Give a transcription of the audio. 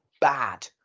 bad